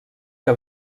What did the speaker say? que